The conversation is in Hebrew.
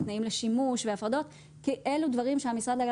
או תנאים לשימוש והפרדות אלו דברים שלמשרד להגנת